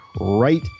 right